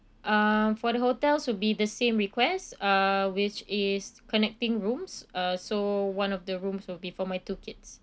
uh for the hotels would be the same requests uh which is connecting rooms uh so one of the rooms will be for my two kids